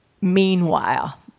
meanwhile